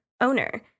owner